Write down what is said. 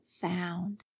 found